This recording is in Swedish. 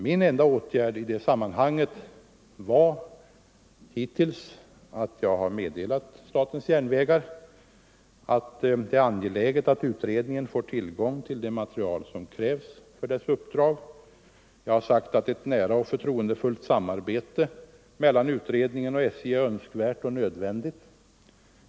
Min enda åtgärd hittills i det sammanhanget är att jag har meddelat statens järnvägar att det är angeläget att utredningen får tillgång till det material som krävs för dess uppdrag. Jag har sagt att ett nära och förtroendefullt samarbete mellan utredningen och SJ är önskvärt och nödvändigt.